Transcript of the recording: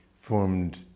formed